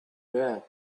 there